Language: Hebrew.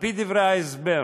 על-פי דברי ההסבר,